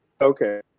Okay